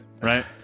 Right